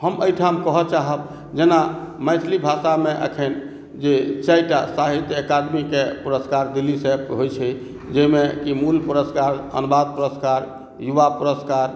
हम एहिठाम कहय चाहब जेना मैथिली भाषामे एखन जे चारि टा साहित्य अकादमीके पुरस्कार दिल्लीसँ होइ छै जाहिमे कि मूल पुरस्कार अनुवाद पुरस्कार युवा पुरस्कार